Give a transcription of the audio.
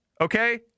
Okay